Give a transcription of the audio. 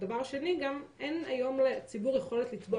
דבר שני אין לציבור היום יכולת לתבוע